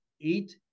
eight